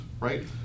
right